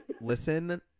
listen